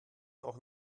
auch